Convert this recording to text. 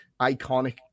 iconic